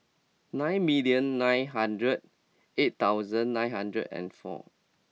nine million nine hundred eight thousand nine hundred and four